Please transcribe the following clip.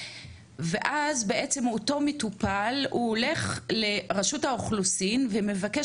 ואז בעצם אותו מטופל הוא הולך לרשות האוכלוסין ומבקש